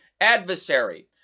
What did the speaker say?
adversary